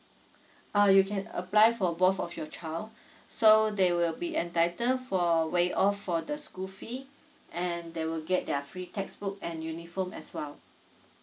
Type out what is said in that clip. uh you can apply for both of your child so they will be entitled for waive of for the school fee and they will get their free textbook and uniform as well